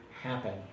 happen